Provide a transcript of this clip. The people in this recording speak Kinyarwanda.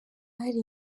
hari